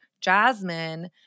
Jasmine